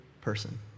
person